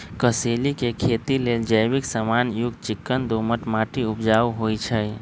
कसेलि के खेती लेल जैविक समान युक्त चिक्कन दोमट माटी उपजाऊ होइ छइ